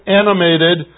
animated